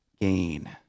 gain